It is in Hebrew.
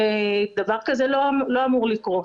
ודבר כזה לא אמור לקרות.